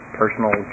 personal